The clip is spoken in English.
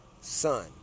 son